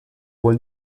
wohl